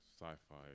sci-fi